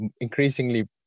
increasingly